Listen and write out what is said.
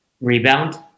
rebound